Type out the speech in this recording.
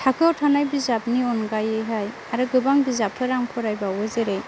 थाखोआव थानाय बिजाबनि अनगायैहाय आरो गोबां बिजाबफोर आं फरायबावो जेरै